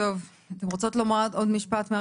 נציגות הרווחה, אתן רוצות לומר עוד משפט?